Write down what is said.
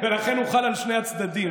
לכן הוא חל על שני הצדדים.